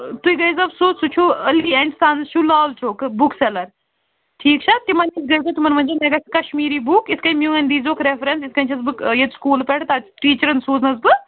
تُہۍ گٔژھۍزیٚو سیوٚد سُہ چھُو علی اینٛڈ سَنٕز چھُو لال چوکہٕ بُک سیلر ٹھیٖک چھا تِمن نِش گٔژھۍزیٚو تِمن ؤنۍزیٚو مےٚ گژھِ کشمیٖری بُک یِتھٕ کٔنۍ میٛٲنۍ دیٖزہوکھ ریفرنس یِتھٕ کٔنۍ چھَس بہٕ یٚتہِ سکوٗلہٕ پٮ۪ٹھٕ ٹیٖچرن سوٗزنَس بہٕ